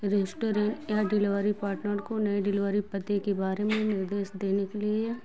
restaurant या delivery partner को नई डिलिवरी पते के बारे में निर्देश देने के लिए